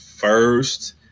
First